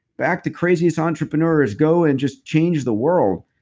back the craziest entrepreneurs. go and just change the world.